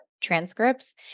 transcripts